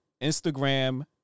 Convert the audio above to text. Instagram